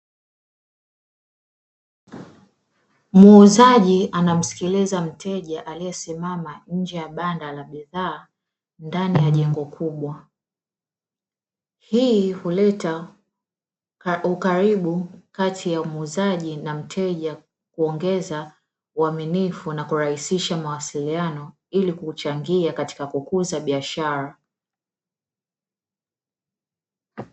Muuzaji anamsikiliza mteja aliyesimama nje ya banda la bidhaa ndani ya jengo kubwa, hii uleta ukaribu kati ya muuzaji na mteja kuongeza uaminifu na kurahisisha mawasiliano ili kumchangia katika kukuza biashara.